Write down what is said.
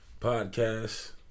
podcast